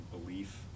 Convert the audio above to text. belief